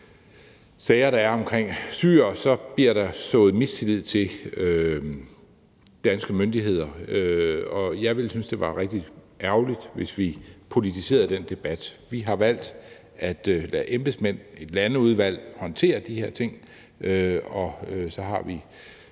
sager, der er om syrere, så bliver der sået mistillid til danske myndigheder. Jeg ville synes, at det ville være rigtig ærgerligt, hvis vi politiserer den debat. Vi har valgt at lade embedsmænd i et landeudvalg håndtere de her ting, og så har vi